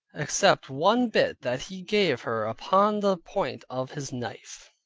except one bit that he gave her upon the point of his knife.